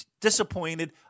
disappointed